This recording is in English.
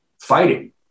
fighting